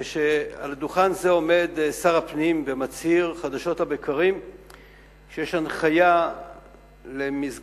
כשעל דוכן זה עומד שר הפנים ומצהיר חדשות לבקרים שיש הנחיה למסגרות